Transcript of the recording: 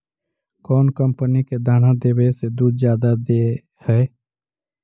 कौन कंपनी के दाना देबए से दुध जादा दे है?